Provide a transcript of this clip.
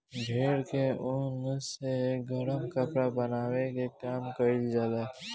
भेड़ के ऊन से गरम कपड़ा बनावे के काम कईल जाला